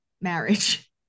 marriage